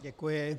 Děkuji.